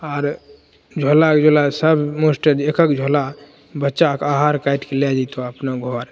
आर झोलाके झोला सब मास्टर जे एकक झोला बच्चाके आहार काटिके लए जैतऽ अपना घर